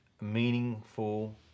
meaningful